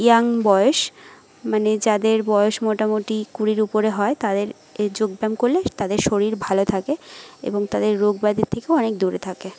young বয়স মানে যাদের বয়স মোটামুটি কুড়ির উপরে হয় তাদের এ যোগব্যায়াম করলে তাদের শরীর ভালো থাকে এবং তাদের রোগ ব্যাধির থেকেও অনেক দূরে থাকে